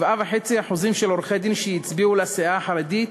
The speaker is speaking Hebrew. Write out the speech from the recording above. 7.5% של עורכי-דין שהצביעו לסיעה החרדית,